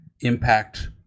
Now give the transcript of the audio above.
impact